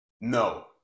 No